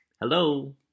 hello